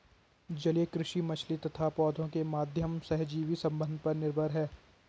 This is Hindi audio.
जलीय कृषि मछली तथा पौधों के माध्यम सहजीवी संबंध पर निर्भर है